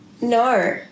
no